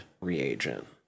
reagent